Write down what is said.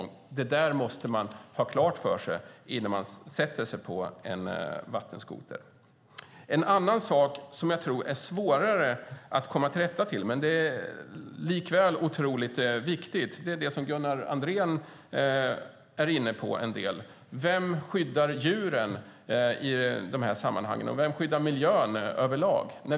Det där måste man ha klart för sig innan man sätter sig på en vattenskoter. En annan sak som jag tror är svårare att komma till rätta med men som likväl är något otroligt viktigt är det som Gunnar Andrén var inne på en del: Vem skyddar djuren i de här sammanhangen? Vem skyddar miljön över lag?